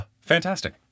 fantastic